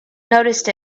noticed